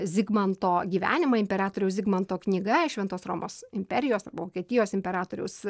zigmanto gyvenimą imperatoriaus zigmanto knyga šventos romos imperijos vokietijos imperatoriaus